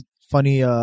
funny